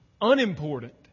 unimportant